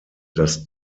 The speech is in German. dass